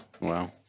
Wow